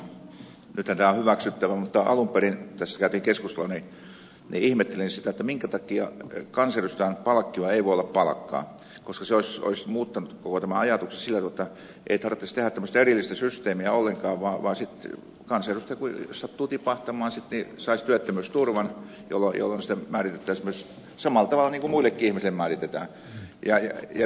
nythän tämä sinällään on hyväksyttävä mutta alun perin kun tästä käytiin keskustelua niin ihmettelin sitä minkä takia kansanedustajan palkkio ei voi olla palkkaa koska se olisi muuttanut koko tämän ajatuksen sillä tavalla että ei tarvitsisi tehdä tämmöistä erillistä systeemiä ollenkaan vaan sitten jos kansanedustaja sattuu tipahtamaan hän saisi työttömyysturvaa jolloin se sitten määritettäisiin samalla tavalla kuin muillekin ihmisille määritetään